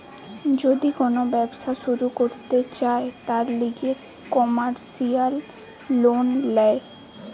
যদি কোন ব্যবসা শুরু করতে চায়, তার লিগে কমার্সিয়াল লোন ল্যায়